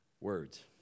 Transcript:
Words